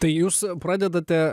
tai jūs pradedate